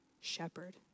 shepherd